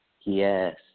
Yes